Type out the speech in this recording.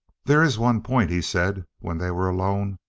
there is one point, he said when they were alone,